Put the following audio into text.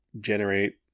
generate